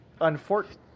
unfortunate